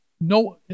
no